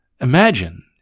Imagine